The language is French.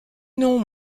non